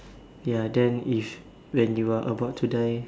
ya then if when you are about to die